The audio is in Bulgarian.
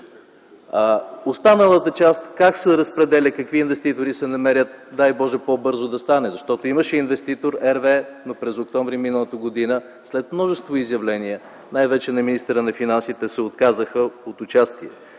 останалата част как се разпределя, какви инвеститори ще се намерят, дай Боже, по-бързо да стане. Защото имаше инвеститор – RWE, но през м. октомври миналата година след множество изявления, най вече на министъра на финансите, се отказаха от участие